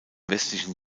westlichen